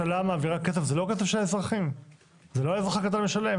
בתור מי ששירתה כסמנכ"ל וראש אגף במרכז השלטון המקומי עשר שנים,